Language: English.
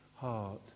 heart